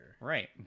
right